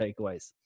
takeaways